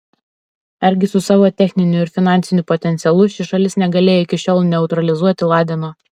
argi su savo techniniu ir finansiniu potencialu ši šalis negalėjo iki šiol neutralizuoti ladeno